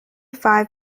five